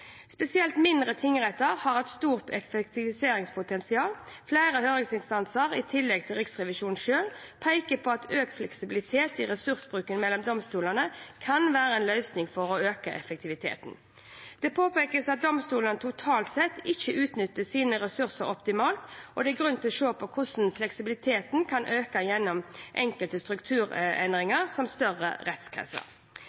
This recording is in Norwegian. Spesielt mindre tingretter har et stort effektiviseringspotensial. Flere høringsinstanser, i tillegg til Riksrevisjonen selv, peker på at økt fleksibilitet i ressursbruken mellom domstolene kan være en løsning for å øke effektiviteten. Det påpekes at domstolene totalt sett ikke utnytter sine ressurser optimalt, og det er grunn til å se på hvordan fleksibiliteten kan økes gjennom enkelte strukturendringer,